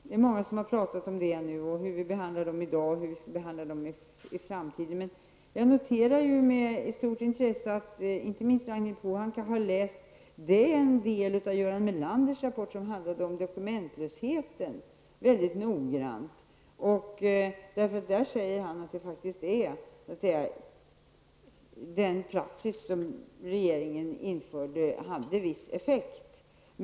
Det är många som har talat om hur vi i dag behandlar de facto-flyktingar och om hur vi skall behandla dem i framtiden. Jag noterar med stort intresse att inte minst Ragnhild Pohanka mycket noggrant har läst den del av Göran Melanders rapport som handlar om dokumentlösheten. Han säger där faktiskt att den praxis som regeringen införde hade viss effekt.